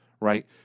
Right